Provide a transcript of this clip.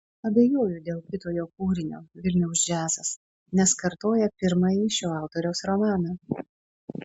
abejoju dėl kito jo kūrinio vilniaus džiazas nes kartoja pirmąjį šio autoriaus romaną